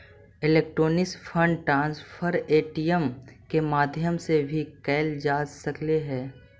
electronic fund transfer ATM के माध्यम से भी कैल जा सकऽ हइ